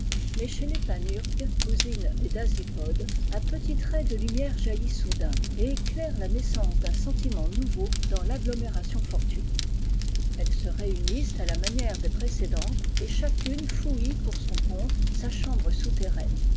mais chez les panurgues cousines des dasypodes un petit trait de lumière jaillit soudain et éclaire la naissance d'un sentiment nouveau w dans l'agglomération fortuite elles se réunissent à la manière des précédentes et chacune fouit pour son compte sa chambre souterraine